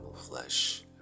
flesh